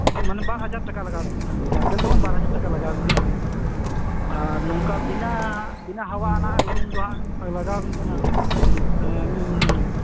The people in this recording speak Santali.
ᱢᱟᱱᱮ ᱵᱟᱨ ᱦᱟᱡᱟᱨ ᱴᱟᱠᱟ ᱞᱟᱜᱟᱣ ᱟᱹᱵᱤᱱ ᱠᱟᱱᱟ ᱦᱟᱜ ᱵᱟᱨᱜᱮᱞ ᱫᱚ ᱵᱟᱝ ᱵᱟᱨ ᱦᱟᱡᱟᱨ ᱴᱟᱠᱟ ᱞᱟᱜᱟᱣ ᱟᱵᱮᱱ ᱠᱟᱱᱟ ᱟᱨ ᱱᱚᱝᱠᱟ ᱵᱤᱱᱟᱹ ᱵᱤᱱᱟᱹ ᱦᱟᱣᱟ ᱟᱱᱟᱜ ᱨᱩᱢ ᱫᱚ ᱦᱟᱜ ᱞᱟᱜᱟᱣ ᱟᱹᱵᱤᱱ ᱠᱟᱱᱟ